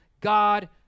God